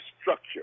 structure